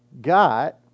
got